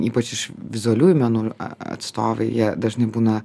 ypač iš vizualiųjų menų atstovai jie dažnai būna